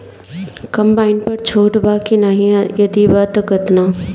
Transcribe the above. Combine पर छूट बा की नाहीं यदि बा त केतना?